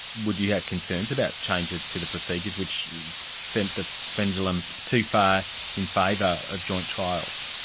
would you have concerns about changes to the procedures which sent the pendulum too far in favour of joint trials?